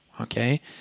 okay